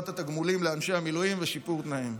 התגמולים לאנשי המילואים ובשיפור תנאיהם.